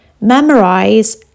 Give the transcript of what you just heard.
memorize